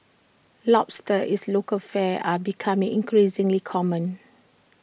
lobsters is local fare are becoming increasingly common